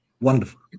wonderful